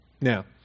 Now